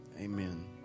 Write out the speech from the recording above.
amen